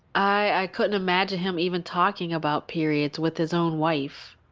i couldn't imagine him even talking about periods with his own wife.